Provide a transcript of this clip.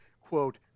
quote